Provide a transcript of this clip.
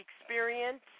experience